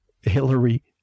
Hillary